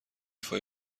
فای